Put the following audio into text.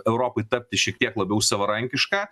europai tapti šiek tiek labiau savarankiška